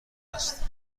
است